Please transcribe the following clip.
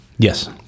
Yes